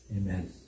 amen